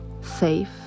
safe